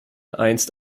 einst